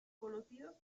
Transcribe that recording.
conocidos